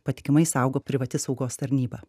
patikimai saugo privati saugos tarnyba